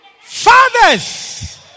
Fathers